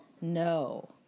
No